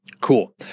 Cool